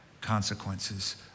consequences